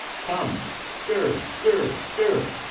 come, stir, stir, stir!